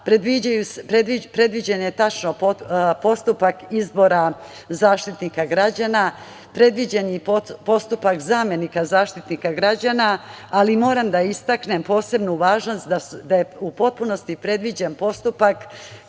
predviđen je tačno postupak izbora Zaštitnika građana, predviđen je i postupak zamenika Zaštitnika građana, ali moram da istaknem posebnu važnost da je u potpunosti predviđen postupak,